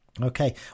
Okay